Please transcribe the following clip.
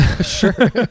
sure